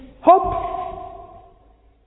hope